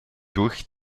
durch